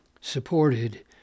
supported